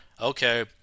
okay